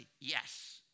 yes